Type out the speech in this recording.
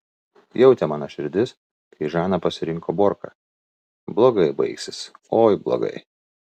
jautė mano širdis kai žana pasirinko borką blogai baigsis oi blogai